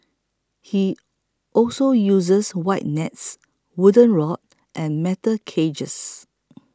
he also uses wide nets wooden rod and metal cages